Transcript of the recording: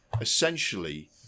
essentially